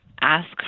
ask